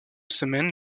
semaine